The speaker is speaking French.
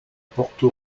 porto